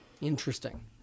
Interesting